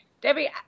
Debbie